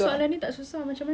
saya rasa saya overthinker